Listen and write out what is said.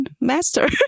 master